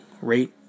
rate